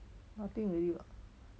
nothing already [what]